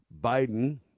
Biden